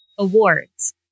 Awards